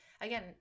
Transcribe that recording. again